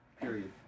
Period